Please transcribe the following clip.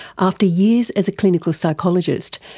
after years as a clinical psychologist,